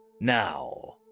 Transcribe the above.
now